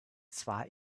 zwar